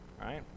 right